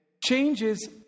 changes